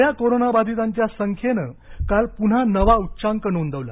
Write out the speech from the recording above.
नव्या कोरोना बाधितांच्या संख्येनं काल प्न्हा नवा उच्चांक नोंदवला